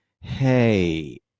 hey